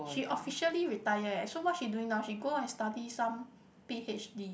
she officially retire eh so what she doing now she go and study some P_H_D